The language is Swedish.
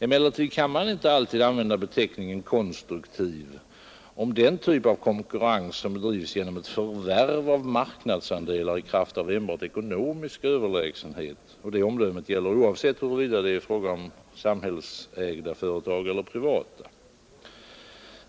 Emellertid kan man inte alltid använda beteckningen ”konstruktiv” om den typ av konkurrens som bedrives genom ett förvärv av marknadsandelar i kraft av enbart ekonomisk överlägsenhet, och det omdömet gäller oavsett huruvida det är fråga om samhällsägda företag eller privata.